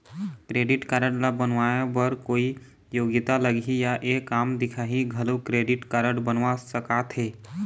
Credit card ला बनवाए बर कोई योग्यता लगही या एक आम दिखाही घलो क्रेडिट कारड बनवा सका थे?